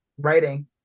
writing